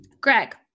Greg